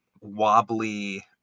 wobbly